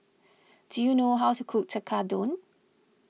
do you know how to cook Tekkadon